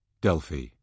Delphi